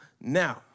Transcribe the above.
now